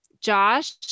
Josh